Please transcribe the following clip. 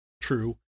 true